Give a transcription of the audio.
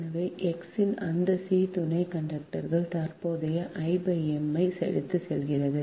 எனவே X இன் அந்த c துணை கண்டக்டர் தற்போதைய I m ஐ எடுத்துச் செல்கிறது